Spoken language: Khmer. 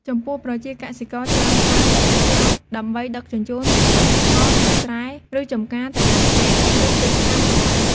ចំពោះប្រជាកសិករច្រើនប្រើទូកចែវដើម្បីដឹកជញ្ជូនកសិផលពីស្រែ ឬចំការទៅកាន់ផ្ទះ ឬទីផ្សារជាដើម។